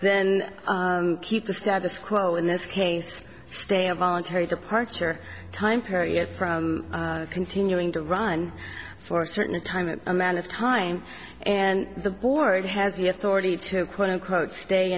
then keep the status quo in this case stay a voluntary departure time period from continuing to run for a certain time an amount of time and the board has the authority to quote unquote stay